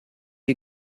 you